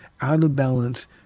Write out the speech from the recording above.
out-of-balance